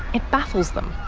it baffles them.